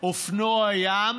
אופנוע ים.